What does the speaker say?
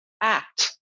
act